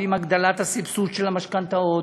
ועם הגדלת הסבסוד של המשכנתאות,